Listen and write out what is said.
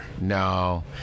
No